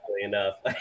enough